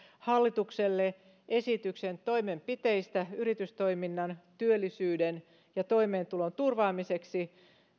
hallitukselle esityksen toimenpiteistä yritystoiminnan työllisyyden ja toimeentulon turvaamiseksi